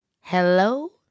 hello